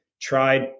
tried